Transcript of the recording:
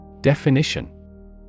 Definition